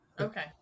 Okay